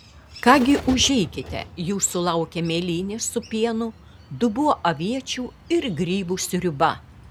ką gi užeikite jūsų laukia mėlynės su pienu dubuo aviečių ir grybų sriuba